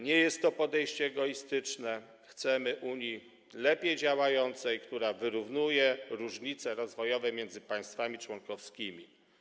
Nie jest to podejście egoistyczne, chcemy Unii lepiej działającej, która wyrównuje różnice rozwojowe między państwami członkowskimi.